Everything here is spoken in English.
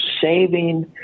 saving